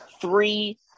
three